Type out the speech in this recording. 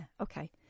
okay